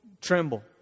tremble